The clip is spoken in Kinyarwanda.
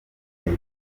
neza